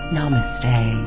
Namaste